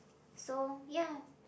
so ya